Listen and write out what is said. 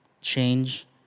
change